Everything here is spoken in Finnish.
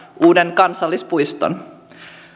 uuden kansallispuiston